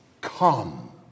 Come